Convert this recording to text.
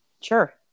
Sure